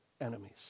enemies